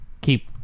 keep